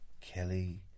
Kelly